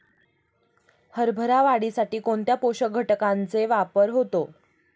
हरभरा वाढीसाठी कोणत्या पोषक घटकांचे वापर होतो?